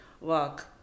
work